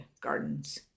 gardens